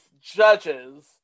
judges